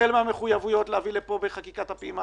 החל מהמחויבות להביא לפה בחקיקת הפעימה